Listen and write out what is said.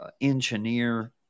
engineer